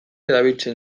erabiltzen